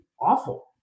awful